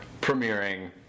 premiering